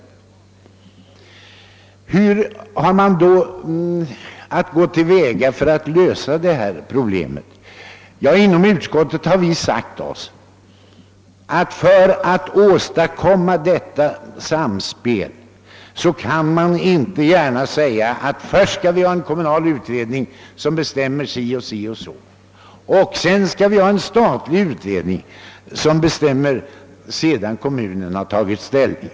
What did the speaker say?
Hur har man då att gå till väga för att lösa detta problem? Vi har inom utskottet sagt oss att man, om man vill åstadkomma ett sådant samspel, inte gärna först kan tillsätta en kommunal utredning och sedan en statlig utredning som fattar sina beslut sedan kommunen tagit ställning.